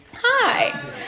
Hi